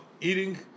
eating